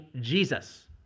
Jesus